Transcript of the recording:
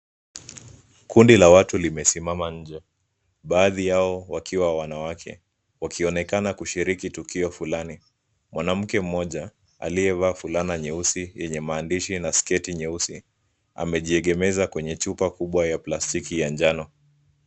Kundi la watu limesimama nje baadhi yao wakiwa wanawake wakionekana kushiriki tukio fulani. Mwanamke mmoja aliyevaa fulana nyeusi yenye maandishi na sketi nyeusi, amejiegemeza kwenye chupa kubwa ya plastiki ya njano.